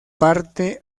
parte